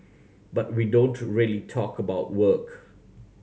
but we don't really talk about work